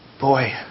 Boy